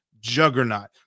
juggernaut